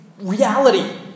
reality